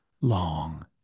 long